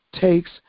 takes